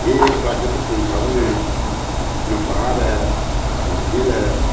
यही एक प्राकृतिक संसाधन है न पहाड़ है न झील है